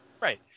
Right